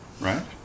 Right